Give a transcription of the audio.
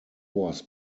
was